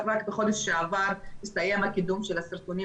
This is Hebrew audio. רק בחודש שעבר הסתיים הקידום של הסרטונים